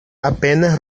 apenas